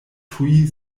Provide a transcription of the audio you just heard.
tuj